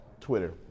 Twitter